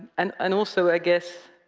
and and also, i guess,